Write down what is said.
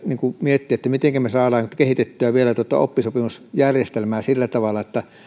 miettiä mitenkä me saamme vielä kehitettyä tuota oppisopimusjärjestelmää sillä tavalla että